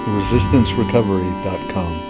resistancerecovery.com